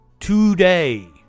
Today